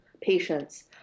patients